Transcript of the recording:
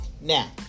now